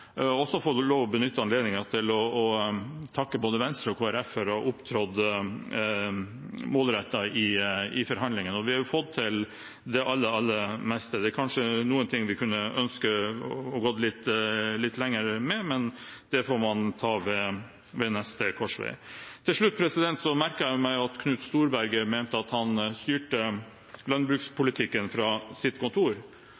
også få benytte anledningen til å takke både Venstre og Kristelig Folkeparti for å ha opptrådt målrettet i forhandlingene. Vi har fått til det aller, aller meste. Det er kanskje noen ting vi kunne ønsket å gå litt lenger med, men det får man ta ved neste korsvei. Til slutt: Jeg merket meg at Knut Storberget mente han styrte